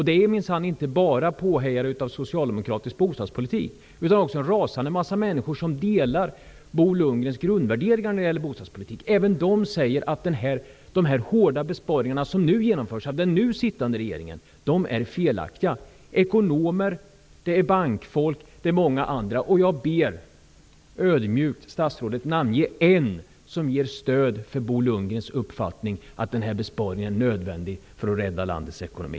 Det är minsann inte bara påhejare av socialdemokratisk bostadspolitik, utan också en massa människor som delar Bo Lundgrens grundvärderingar när det gäller bostadspolitik, som säger att de hårda besparingar som nu genomförs av den sittande regeringen är felaktiga. Det är ekonomer, bankfolk och många andra. Jag ber ödmjukt statsrådet att namnge en som ger stöd för Bo Lundgrens uppfattning att den här besparingen är nödvändig för att rädda landets ekonomi.